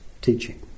teaching